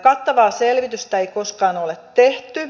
kattavaa selvitystä ei koskaan ole tehty